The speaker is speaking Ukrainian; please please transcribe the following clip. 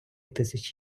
тисяч